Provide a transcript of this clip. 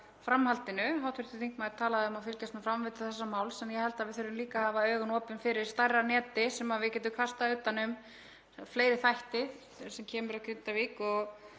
framhaldinu. Hv. þingmaður talaði um að fylgjast með framvindu þessa máls en ég held að við þurfum líka að hafa augun opin fyrir stærra neti sem við getum kastað utan um fleiri þætti þegar kemur að Grindavík. Ég